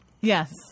Yes